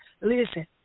Listen